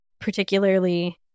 particularly